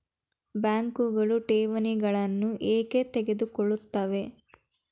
ಬ್ಯಾಂಕುಗಳು ಠೇವಣಿಗಳನ್ನು ಏಕೆ ತೆಗೆದುಕೊಳ್ಳುತ್ತವೆ?